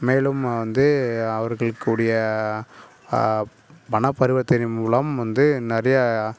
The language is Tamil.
மேலும் வந்து அவர்களுக்குரிய பணப்பரிவர்த்தனை மூலம் வந்து நிறைய